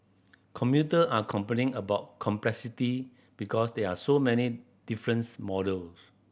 commuter are complaining about complexity because there are so many different model